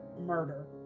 murder